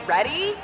Ready